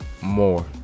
more